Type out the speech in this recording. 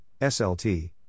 SLT